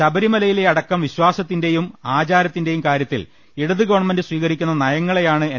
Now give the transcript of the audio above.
ശബരിമലയിലെ അടക്കം വിശ്വാസത്തിന്റെയും ആചാരത്തി ന്റെയും കാര്യത്തിൽ ഇടതു ഗവൺമെന്റ് സ്വീകരിക്കുന്ന നയങ്ങ ളെ യാണ് എൻ